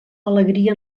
alegria